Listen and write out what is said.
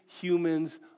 human's